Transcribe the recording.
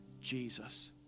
Jesus